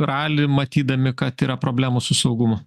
ralį matydami kad yra problemų su saugumu